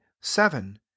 seven